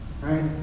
Right